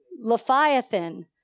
Leviathan